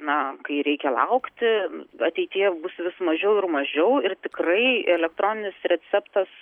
na kai reikia laukti ateityje bus vis mažiau ir mažiau ir tikrai elektroninis receptas